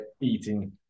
eating